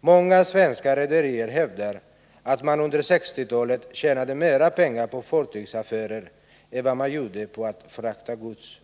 Många svenska rederier hävdar att man under 1960-talet tjänade mer pengar på fartygsaffärer än man gjorde på att frakta gods.